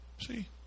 See